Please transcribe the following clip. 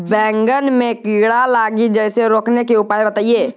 बैंगन मे कीड़ा लागि जैसे रोकने के उपाय बताइए?